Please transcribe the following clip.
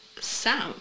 Sam